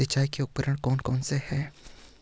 सिंचाई के उपकरण कौन कौन से हैं?